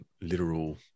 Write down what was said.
literal